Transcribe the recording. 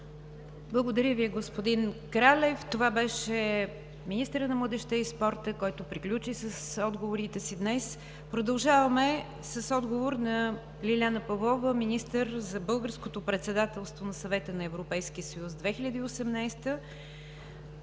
Благодаря Ви, господин Кралев. Това беше министърът на младежта и спорта, който приключи с отговорите си днес. Продължаваме с отговор на Лиляна Павлова – министър за българското председателство на Съвета на Европейския съюз 2018 г.